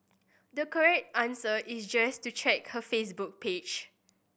the correct answer is just to check her Facebook page